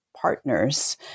partners